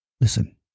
Listen